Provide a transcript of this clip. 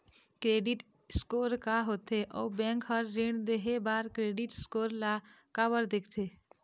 Credit score का होथे अउ बैंक हर ऋण देहे बार क्रेडिट स्कोर ला काबर देखते?